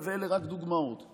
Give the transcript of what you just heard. ואלה רק דוגמאות,